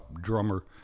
drummer